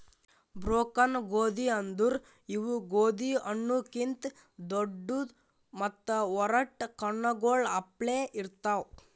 broken ಗೋದಿ ಅಂದುರ್ ಇವು ಗೋದಿ ಹಣ್ಣು ಕಿಂತ್ ದೊಡ್ಡು ಮತ್ತ ಒರಟ್ ಕಣ್ಣಗೊಳ್ ಅಪ್ಲೆ ಇರ್ತಾವ್